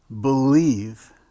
believe